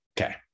okay